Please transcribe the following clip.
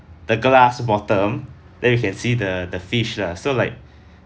the glass bottom then you can see the the fish lah so like